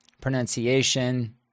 pronunciation